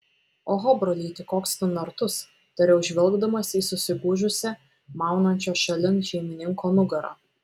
oho brolyti koks tu nartus tariau žvelgdamas į susigūžusią maunančio šalin šeimininko nugarą